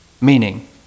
Meaning